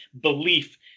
belief